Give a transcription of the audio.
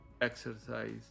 exercise